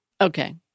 Okay